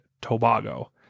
Tobago